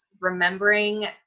remembering